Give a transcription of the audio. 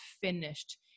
finished